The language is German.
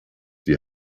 die